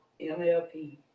MLP